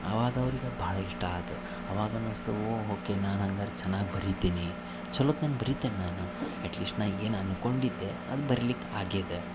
ಆವಾಗ ಅವ್ರಿಗೆ ಅದು ಭಾಳ ಇಷ್ಟ ಆಯ್ತು ಅವಾಗ ಅನ್ನಿಸ್ತು ಓ ಓಕೆ ನಾನು ಹಂಗಾರೆ ಚೆನ್ನಾಗಿ ಬರೀತೀನಿ ಚಲೊತ್ನಂಗೆ ಬರೀತೇನೆ ನಾನು ಅಟ್ ಲೀಸ್ಟ್ ನಾ ಏನು ಅಂದ್ಕೊಂಡಿದ್ದೆ ಅದು ಬರಿಲಿಕ್ಕೆ ಆಗ್ಯದ